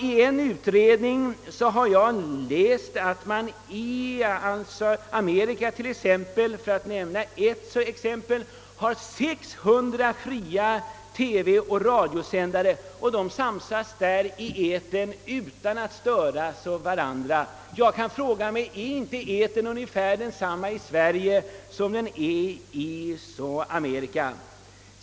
I en utredning har jag läst att man t.ex. i Amerika har 600 fria TV och radiosändare, vilka utan att störa varandra samsas i etern. Jag frågar mig, om inte etern är ungefär densamma i Sverige som i Amerika.